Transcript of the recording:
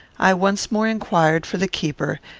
i once more inquired for the keeper,